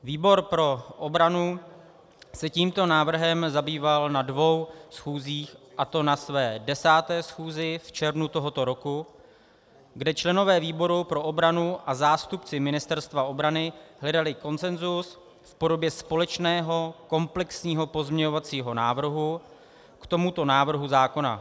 Výbor pro obranu se tímto návrhem zabýval na dvou schůzích, a to na své 10. schůzi v červnu tohoto roku, kde členové výboru pro obranu a zástupci Ministerstva obrany hledali konsensus v podobě společného komplexního pozměňovacího návrhu k tomuto návrhu zákona.